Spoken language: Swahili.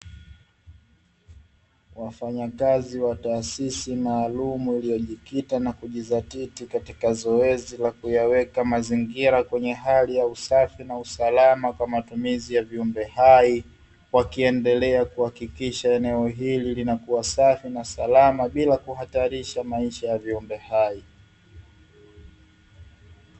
Wafanyakazi wa taasisi maalumu uliojikita na kujizatiti katika zoezi la kuyaweka mazingira kwenye hali ya usafi na usalama kwa matumizi ya viumbe hai, wakiendelea kuhakikisha eneo hili linakuwa safi na salama bila kuhatarisha maisha ya viumbe hai.